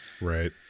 Right